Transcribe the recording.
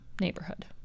neighborhood